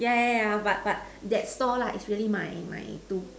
yeah yeah yeah but but that stall right is my my to